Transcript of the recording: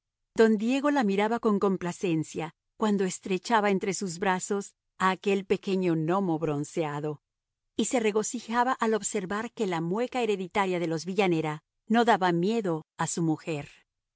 don diego la miraba con complacencia cuando estrechaba entre sus brazos a aquel pequeño gnomo bronceado y se regocijaba al observar que la mueca hereditaria de los villanera no daba miedo a su mujer